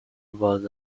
was